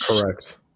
Correct